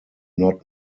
not